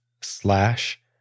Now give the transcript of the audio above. slash